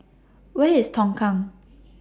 Where IS Tongkang